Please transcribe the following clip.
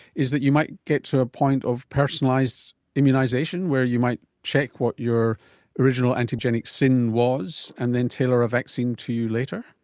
is that you might get to a point of personalised immunisation where you might check what your original antigenic sin was and then tailor a vaccine to you later.